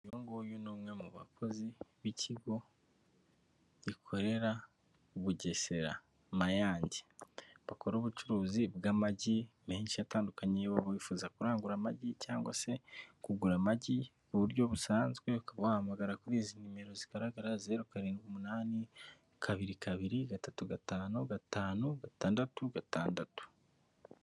Uyunguyu ni umwe mu bakozi b'ikigo gikorera Bugesera-Mayange bakora ubucuruzi bw'amagi menshi atandukanye niyo waba bifuza kurangura amagi cyangwa se kugura amagi ku buryo busanzwe uko wabuhamagara kuri izi nimero zigaragara zero karindwi umunani kabiri kabiri gatatu gatanu gatanu gatandatu gatandatu.